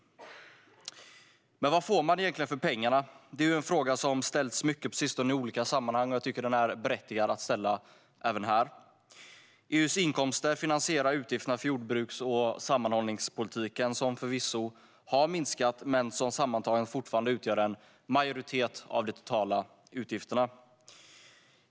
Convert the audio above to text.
Men vad får man egentligen för pengarna? Det är en fråga som ställts ofta på sistone i olika sammanhang. Jag tycker att det är berättigat att ställa den även här. EU:s inkomster finansierar utgifterna för jordbruks och sammanhållningspolitiken, som förvisso har minskat men som sammantaget fortfarande utgör en majoritet av de totala utgifterna.